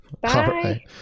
Bye